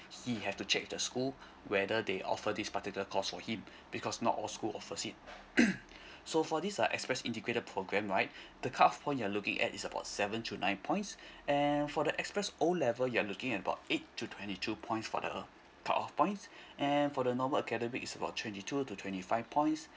he have to check the school whether they offer this particular course for him because not all school offer seat so for this uh express integrated program right the cut off point you're looking at is about seven to nine points and for the express O level you are looking at about eight to twenty two points for the cut off points and for the normal academic is about twenty two to twenty five points